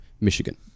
Michigan